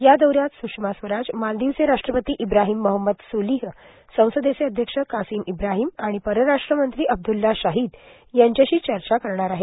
या दौऱ्यात सृषमा स्वराज मालदीवचे राष्ट्रपती इब्राहिम मोहम्मद सोलीह संसदेचे अध्यक्ष कासिम इब्राहिम आणि परराष्ट्र मंत्री अब्दल्ला शाहिद यांच्याशी चर्चा करणार आहेत